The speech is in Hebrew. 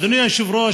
אדוני היושב-ראש,